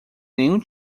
nenhum